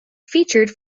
featured